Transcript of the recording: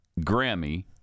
Grammy